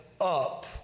up